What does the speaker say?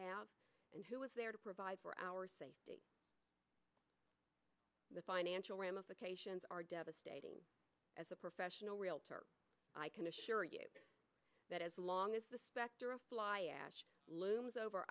have and who is there to provide for our safety the financial ramifications are devastating as a professional realtor i can assure you that as long as the